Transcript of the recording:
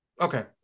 Okay